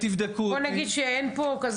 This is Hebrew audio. ותבדקו אותי ----- בוא נגיד שאין פה כל כך